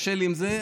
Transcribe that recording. קשה לי עם זה,